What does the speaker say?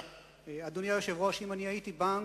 אדוני היושב-ראש, אם אני הייתי בנק,